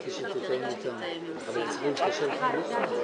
שי באב"ד נכנס.